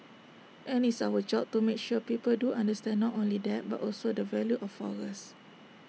and it's our job to make sure people do understand not only that but also the value of forest